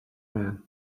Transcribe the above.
man